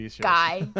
guy